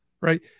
right